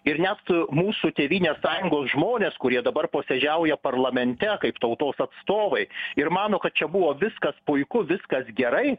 ir net mūsų tėvynės sąjungos žmonės kurie dabar posėdžiauja parlamente kaip tautos atstovai ir mano kad čia buvo viskas puiku viskas gerai